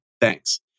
thanks